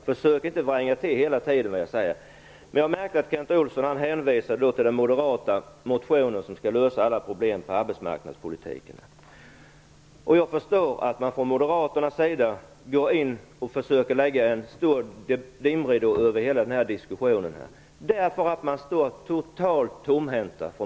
Försök inte att hela tiden vränga till vad jag säger. Jag har märkt att Kent Olsson hänvisar till den moderata motionen, som skall lösa alla problem inom arbetsmarknadspolitiken. Jag förstår att man från Moderaternas sida försöker lägga en stor dimridå över hela denna diskussion, eftersom de står totalt tomhänta.